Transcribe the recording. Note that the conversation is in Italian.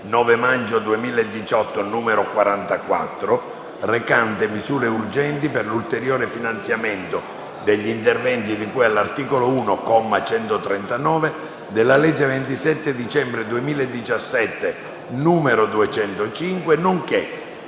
9 maggio 2018, n. 44, recante misure urgenti per l'ulteriore finanziamento degli interventi di cui all'articolo 1, comma 139, della legge 27 dicembre 2017, n. 205, nonché